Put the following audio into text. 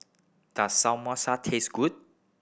does Samosa taste good